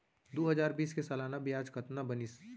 दू हजार बीस के सालाना ब्याज कतना बनिस?